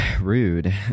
Rude